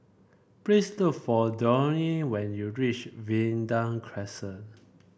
please look for Dwyane when you reach Vanda Crescent